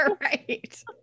Right